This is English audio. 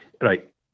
right